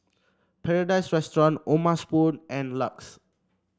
Paradise Restaurant O'ma Spoon and Lux